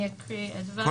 מה